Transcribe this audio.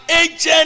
agent